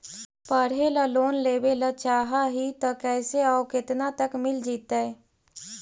पढ़े ल लोन लेबे ल चाह ही त कैसे औ केतना तक मिल जितै?